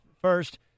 first